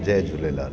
Jay Jhulelal